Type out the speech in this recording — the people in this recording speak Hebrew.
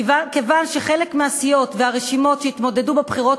כיוון שחלק מהסיעות והרשימות שהתמודדו בבחירות